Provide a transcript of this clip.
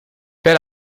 per